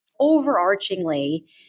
Overarchingly